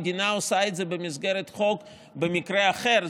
המדינה עושה את זה במסגרת חוק במקרה אחר,